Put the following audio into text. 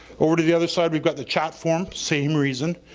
over to the other side we've got the chat forum, same reason,